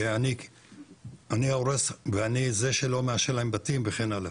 כי אני ההורס ואני זה שלא מאשר להם בתים וכן הלאה.